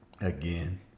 again